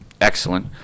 Excellent